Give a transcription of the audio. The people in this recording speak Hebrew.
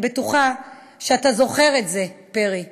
אני בטוחה שאתה זוכר את זה, פרי,